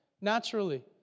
naturally